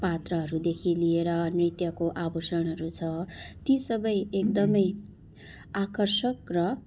पात्रहरूदेखि लिएर नृत्यको आभूषणहरू छ ती सबै एकदमै आकर्षक र